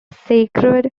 sacred